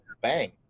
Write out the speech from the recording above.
bang